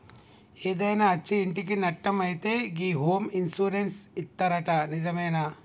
ఏదైనా అచ్చి ఇంటికి నట్టం అయితే గి హోమ్ ఇన్సూరెన్స్ ఇత్తరట నిజమేనా